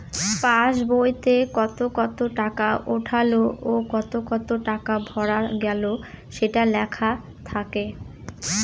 pass বইতে কত কত টাকা উঠলো ও কত কত টাকা ভরা গেলো সেটা লেখা থাকে